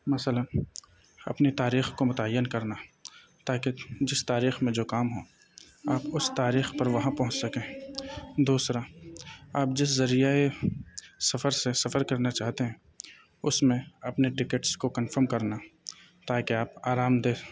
مثلاً اپنی تاریخ کو متعین کرنا تاکہ جس تاریخ میں جو کام ہو آپ اس تاریخ پر وہاں پہنچ سکیں دوسرا آپ جس ذریعۂ سفر سے سفر کرنا چاہتے ہیں اس میں اپنے ٹکٹس کو کنفرم کرنا تاکہ آپ آرام دہ